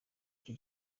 iki